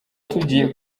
tugiye